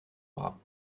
bras